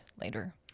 later